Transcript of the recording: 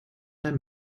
der